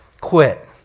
quit